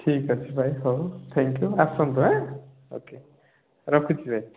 ଠିକ ଅଛି ଭାଇ ହଉ ଥାଙ୍କ ୟୁ ଆସନ୍ତୁ ଓ କେ ରଖୁଛି ଭାଇ